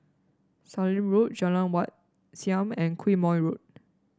Sallim Road Jalan Wat Siam and Quemoy Road